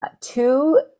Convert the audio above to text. two